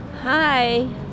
Hi